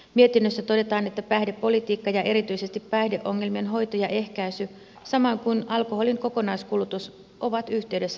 mietinnössä todetaan että päihdepolitiikka ja erityisesti päihdeongelmien hoito ja ehkäisy samoin kuin alkoholin kokonaiskulutus ovat yhteydessä rattijuopumukseen